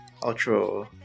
outro